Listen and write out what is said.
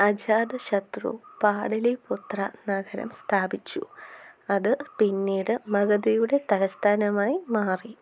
അജാതശത്രു പാടലീപുത്രനഗരം സ്ഥാപിച്ചു അത് പിന്നീട് മഗധയുടെ തലസ്ഥാനമായി മാറി